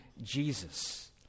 Jesus